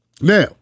Now